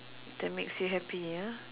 that makes you happy ya